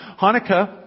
Hanukkah